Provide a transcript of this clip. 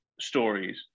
stories